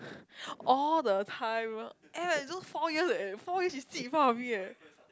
all the time lor eh those four years eh four years she sit in front of me eh